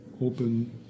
open